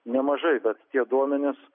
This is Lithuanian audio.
nemažai kad tie duomenys